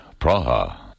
Praha